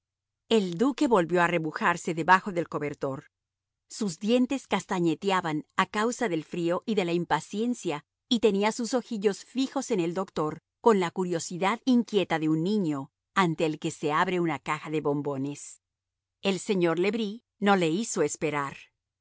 el duque volvió a arrebujarse debajo del cobertor sus dientes castañeteaban a causa del frío y de la impaciencia y tenía sus ojillos fijos en el doctor con la curiosidad inquieta de un niño ante el que se abre una caja de bombones el señor le bris no le hizo esperar